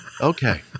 Okay